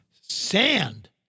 Sand